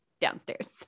downstairs